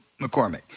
McCormick